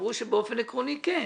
ואמרו שבאופן עקרוני כן.